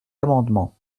amendement